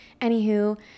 anywho